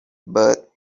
but